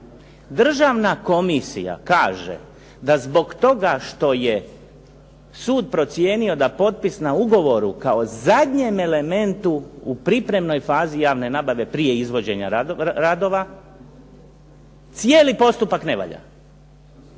Državna komisija kaže da zbog toga što je sud procijenio da potpis na ugovoru kao zadnjem elementu u pripremnoj fazi javne nabave prije izvođenja radova cijeli postupak ne valja